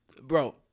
Bro